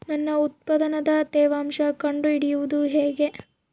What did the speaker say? ನನ್ನ ಉತ್ಪನ್ನದ ತೇವಾಂಶ ಕಂಡು ಹಿಡಿಯುವುದು ಹೇಗೆ?